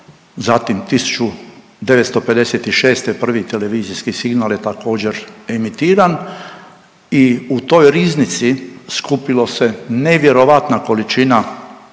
zatim 1956. prvi televizijski signal je također emitiran i u toj riznici skupilo se nevjerojatna količina